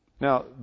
Now